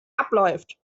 abläuft